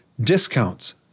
discounts